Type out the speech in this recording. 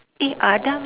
eh adam